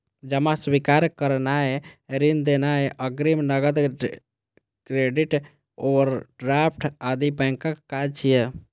जमा स्वीकार करनाय, ऋण देनाय, अग्रिम, नकद, क्रेडिट, ओवरड्राफ्ट आदि बैंकक काज छियै